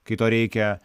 kai to reikia